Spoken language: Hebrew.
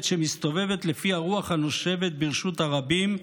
שמסתובבת לפי הרוח הנושבת ברשות הרבים,